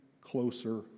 closer